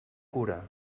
cura